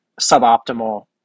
suboptimal